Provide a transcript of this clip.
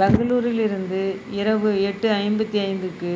பெங்களூரிலிருந்து இரவு எட்டு ஐம்பத்தி ஐந்துக்கு